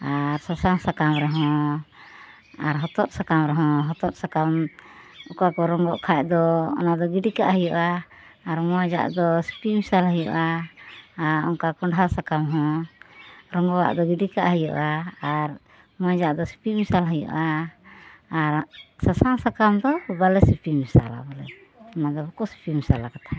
ᱟᱨ ᱥᱟᱥᱟᱝ ᱥᱟᱠᱟᱢ ᱨᱮᱦᱚ ᱟᱨ ᱦᱚᱛᱚᱫ ᱥᱟᱠᱟᱢ ᱨᱮᱦᱚ ᱦᱚᱛᱚᱫ ᱥᱟᱠᱟᱢ ᱚᱠᱟᱠᱚ ᱨᱚᱝᱜᱚ ᱠᱷᱟᱱ ᱫᱚ ᱚᱱᱟᱫᱚ ᱜᱤᱰᱤᱠᱟᱜ ᱦᱩᱭᱩᱜᱟ ᱟᱨ ᱢᱚᱡᱽᱼᱟᱜ ᱫᱚ ᱥᱤᱯᱤ ᱢᱮᱥᱟᱞ ᱦᱩᱭᱩᱜᱟ ᱟᱨ ᱚᱱᱠᱟ ᱠᱷᱚᱱᱰᱟ ᱥᱟᱠᱟᱢ ᱦᱚ ᱨᱚᱝᱜᱚ ᱟᱜ ᱫᱚ ᱜᱤᱰᱤ ᱠᱟᱜ ᱦᱩᱭᱩᱜᱼᱟ ᱟᱨ ᱢᱚᱡᱽ ᱟᱜ ᱫᱚ ᱥᱤᱯᱤ ᱢᱮᱥᱟᱞ ᱦᱩᱭᱩᱜᱼᱟ ᱟᱨ ᱥᱟᱥᱟᱝ ᱥᱟᱠᱟᱢ ᱫᱚ ᱵᱟᱞᱮ ᱥᱤᱯᱤ ᱢᱮᱥᱟᱞᱟ ᱵᱚᱞᱮ ᱚᱱᱟ ᱫᱚ ᱵᱟᱠᱩ ᱥᱤᱯᱤ ᱢᱮᱥᱟᱞᱟ ᱠᱟᱛᱷᱟᱡ